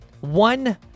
One